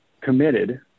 committed